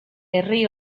herri